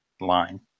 line